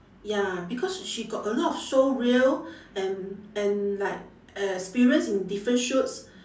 ya because sh~ she got a lot of showreel and and like uh experience in different shoots